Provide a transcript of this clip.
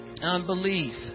unbelief